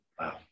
wow